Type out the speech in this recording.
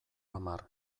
hamar